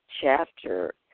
chapter